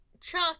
Chuck